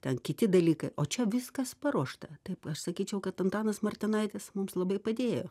ten kiti dalykai o čia viskas paruošta taip aš sakyčiau kad antanas martinaitis mums labai padėjo